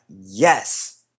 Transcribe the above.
yes